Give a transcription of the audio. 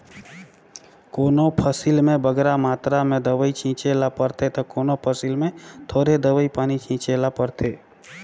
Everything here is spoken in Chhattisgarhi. कोनो फसिल में बगरा मातरा में दवई पानी छींचे ले परथे ता कोनो फसिल में थोरहें दवई पानी छींचे ले परथे